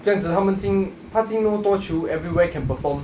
样子他们进他进那么多球 everywhere can perform